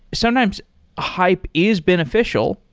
sometimes hype is beneficial,